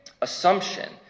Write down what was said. assumption